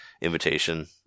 invitation